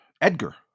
Edgar